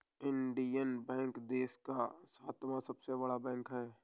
Indian Bank देश का सातवां सबसे बड़ा बैंक है